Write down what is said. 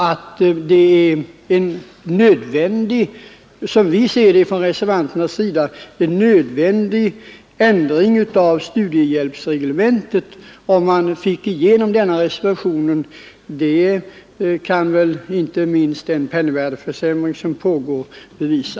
Att det skulle bli — som vi ser det från reservanternas sida — en nödvändig ändring av studiehjälpsreglementet om vi fick igenom denna reservation kan väl inte minst den pågående penningvärdeförsämringen belysa.